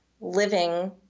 living